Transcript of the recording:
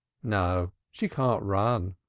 no, she can't run,